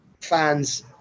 fans